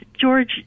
George